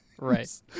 Right